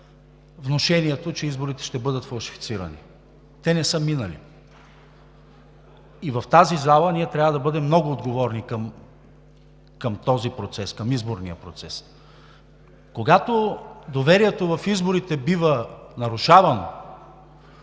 внушението, че изборите ще бъдат фалшифицирани. Те не са минали в залата, ние трябва да бъдем много отговорни към този процес, към изборния процес. Когато доверието в изборите бива нарушавано,